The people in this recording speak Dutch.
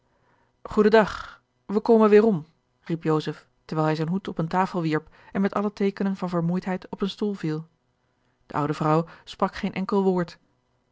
dag wij komen weêrom riep joseph terwijl hij zijn hoed op eene tafel wierp en met alle teekenen van vermoeidheid op een stoel viel de oude vrouw sprak geen enkel woord